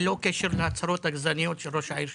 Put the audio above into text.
ללא קשר להצהרות הגזעניות של ראש העיר שלכם.